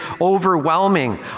overwhelming